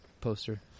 poster